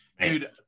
Dude